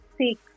six